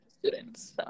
students